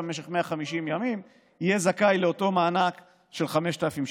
במשך 150 ימים יהיה זכאי לאותו מענק של 5,000 שקלים.